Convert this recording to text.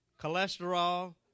cholesterol